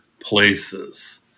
places